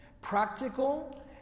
practical